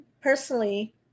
personally